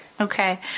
Okay